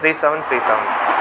three seven three seven